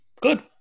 good